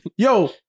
Yo